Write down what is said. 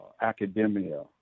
academia